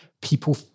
people